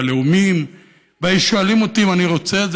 הלאומים והיו שואלים אותי אם אני רוצה את זה,